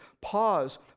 pause